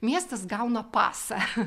miestas gauna pasą